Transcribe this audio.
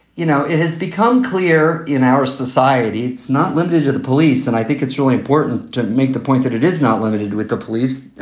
you know, it has become clear in our society. it's not limited to the police. and i think it's really important to make the point that it is not limited with the police. and,